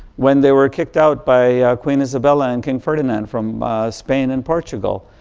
when they were kicked out by queen isabella and king ferdinand from spain and portugal.